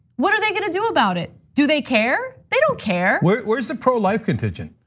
what are they gonna do about it? do they care? they don't care. where's where's the pro-life contingent?